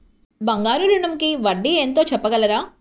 బంగారు ఋణంకి వడ్డీ ఎంతో చెప్పగలరా?